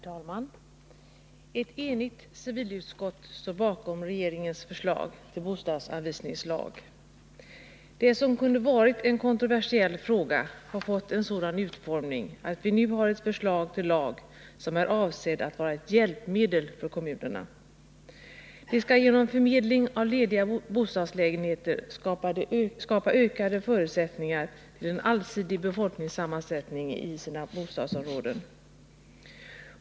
Herr talman! Ett enigt civilutskott står bakom regeringens förslag till bostadsanvisningslag. Det som kunde ha varit en kontroversiell fråga har fått en sådan utformning att vi nu har ett förslag till en lag som är avsedd att vara ett hjälpmedel för kommunerna. Dessa skall genom förmedling av lediga bostadslägenheter skapa ökade förutsättningar för en allsidig befolkningssammansättning.